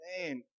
Man